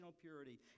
purity